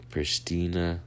Pristina